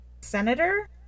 senator